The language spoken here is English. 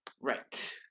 Right